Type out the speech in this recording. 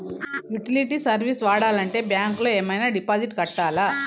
Utility service వాడాలంటే bank లో ఏమైనా డిపాజిట్ కట్టాలా?